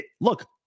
Look